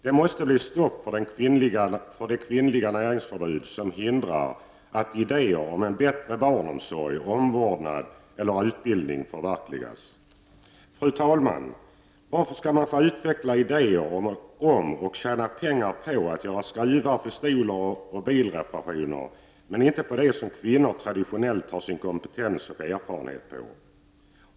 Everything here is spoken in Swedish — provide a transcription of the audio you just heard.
Det måste bli stopp för det kvinnliga näringsförbud som hindrar att idéer om en bättre barnomsorg, omvårdnad eller utbildning förverkligas. Fru talman! Varför skall man få utveckla idéer om och tjäna pengar på att göra skruvar, pistoler och bilreparationer men inte på det som kvinnor traditionellt har sin kompetens för och erfarenhet av?